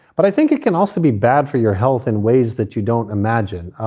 but i think it can also be bad for your health in ways that you don't imagine.